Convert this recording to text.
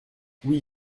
oui